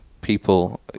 people